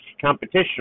competition